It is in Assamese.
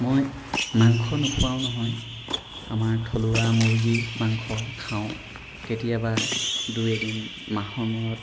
মই মাংস নোখোৱাও নহয় আমাৰ থলুৱা মুৰ্গী মাংস খাওঁ কেতিয়াবা দুই এদিন মাহৰ মুৰত